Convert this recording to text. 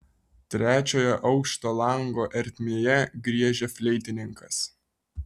trečiojo aukšto lango ertmėje griežia fleitininkas